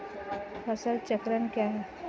फसल चक्रण क्या है?